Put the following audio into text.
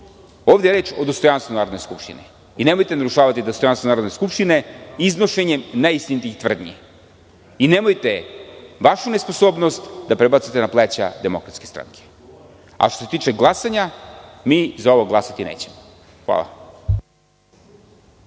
je reč o dostojanstvu narodne skupštine i nemojte narušavati dostojanstvo Narodne skupštine iznošenjem neistinitih tvrdnji. Nemojte vašu nesposobnost da prebacite na pleća DS. Što se tiče glasanja za ovo glasati nećemo. Hvala.